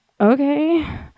okay